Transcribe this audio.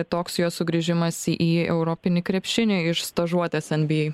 toks jo sugrįžimas į europinį krepšinį iš stažuotės nba